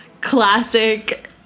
classic